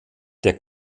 der